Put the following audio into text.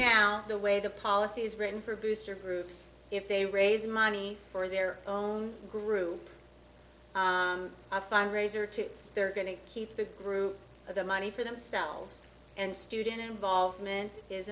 now the way the policy is written for booster groups if they raise money for their own group a fund raiser to they're going to keep the group of the money for themselves and student involvement is